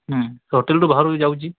ହୋଟେଲ୍ରୁ ବାହାରକୁ ଯାଉଛି